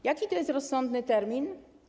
Jaki to jest rozsądny termin?